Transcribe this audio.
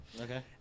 Okay